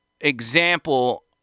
example